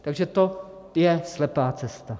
Takže to je slepá cesta.